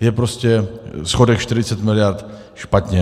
je prostě schodek 40 mld. špatně.